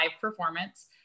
performance